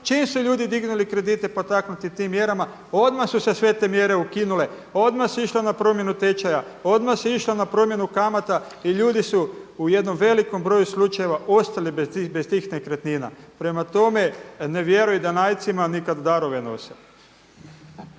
Čim su ljudi dignuli kredite potaknuti tim mjerama odmah su se sve te mjere ukinule, odmah se išlo na promjenu tečaja, odmah se išlo na promjenu kamata i ljudi su u jednom velikom broju slučajeva ostali bez tih nekretnina. Prema tome, „Ne vjeruje danajcima ni kad darove nove“.